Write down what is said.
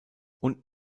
und